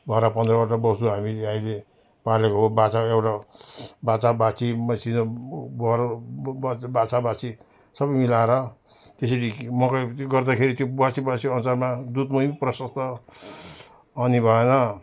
बाह्र पन्ध्रवटा वस्तु हामी अहिले पालेको हो पाँच चार एउटा बाछा बाछी मसिनो बर ब ब बाछा बाछी सबै मिलाएर त्यसरी मकै गर्दाखेरि त्यो बसी बसी ओछ्यानमा दुध मही प्रशस्त अनि भएन